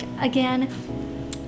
again